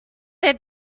there